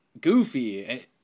goofy